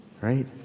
right